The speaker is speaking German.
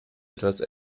etwas